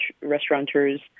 restaurateurs